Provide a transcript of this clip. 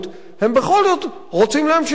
הם בכל זאת רוצים להמשיך לחיות,